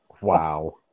Wow